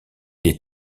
des